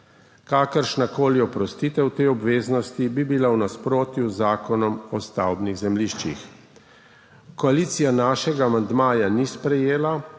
Kakršnakoli oprostitev te obveznosti bi bila v nasprotju z Zakonom o stavbnih zemljiščih. Koalicija našega amandmaja ni sprejela,